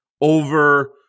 over